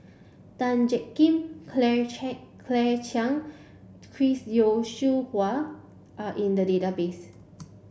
Tan Jiak Kim Claire Cha Claire Chiang Chris Yeo Siew Hua are in the database